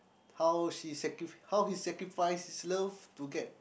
how she sacfrif~ how he sacrifices his love to get